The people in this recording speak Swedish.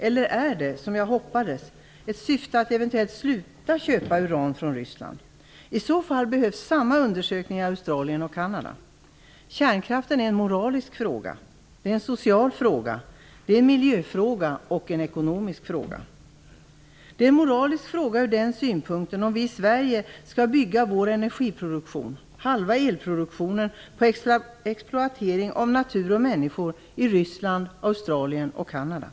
Eller är syftet, som jag hoppats, att eventuellt sluta köpa uran från Ryssland? I så fall behövs samma undersökning i Australien och Kanada. Kärnkraften är en moralisk fråga, en social fråga, en miljöfråga och en ekonomisk fråga. Kärnkraften är en moralisk fråga utifrån frågan om vi i Sverige skall bygga vår energiproduktion, halva elproduktionen, på en exploatering av natur och människor i Ryssland, Australien och Kanada.